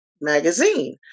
magazine